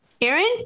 Aaron